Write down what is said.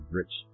rich